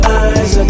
eyes